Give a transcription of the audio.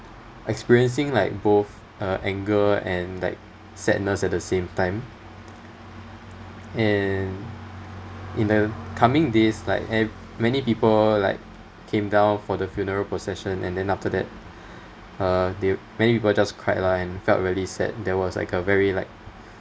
experiencing like both uh anger and like sadness at the same time and in the coming days like ev~ many people like came down for the funeral procession and then after that uh they many people just cried lah and felt really sad there was like a very like